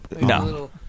No